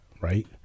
right